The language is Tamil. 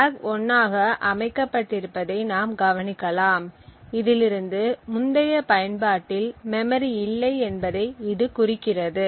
பிலாக் 1 ஆக அமைக்கப்பட்டிருப்பதை நாம் கவனிக்கலாம் இதிலிருந்து முந்தைய பயன்பாட்டில் மெமரி இல்லை என்பதை இது குறிக்கிறது